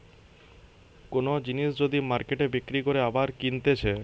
কোন জিনিস যদি মার্কেটে বিক্রি করে আবার কিনতেছে